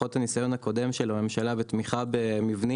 לפחות מהניסיון הקודם של הממשלה אם זה בתמיכה במבנים,